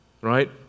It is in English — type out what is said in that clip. right